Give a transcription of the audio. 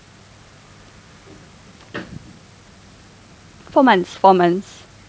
four months four months